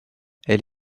elle